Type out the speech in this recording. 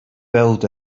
build